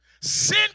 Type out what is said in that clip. Sin